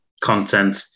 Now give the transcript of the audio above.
content